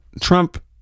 Trump